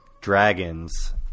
dragons